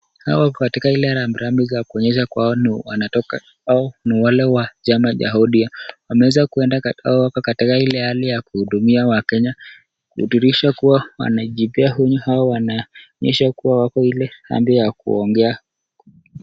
Hawa wako katika ile rambirambi ya kuonyesha kwao wanatoka au ni wale wa chama cha ODM. Wameweza kuenda au wako katika ile hali ya kuhudumia wakenya ikidhihirisha kuwa wanajipea onyo au wanaonyesha kuwa wako ile hali ya kuongea.